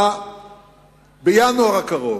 בינואר הקרוב.